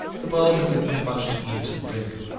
the world had given him much to eat and drink,